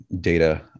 data